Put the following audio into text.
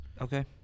Okay